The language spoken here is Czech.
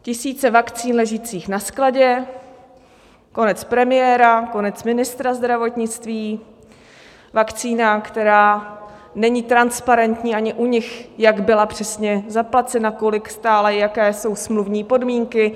Tisíce vakcín ležících na skladě, konec premiéra, konec ministra zdravotnictví, vakcína, která není transparentní ani u nich, jak byla přesně zaplacena, kolik stála, jaké jsou smluvní podmínky.